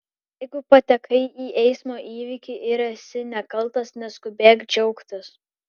jeigu patekai į eismo įvykį ir esi nekaltas neskubėk džiaugtis